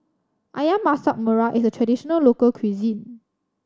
Ayam Masak Merah is a traditional local cuisine